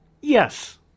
Yes